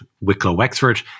Wicklow-Wexford